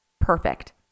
perfect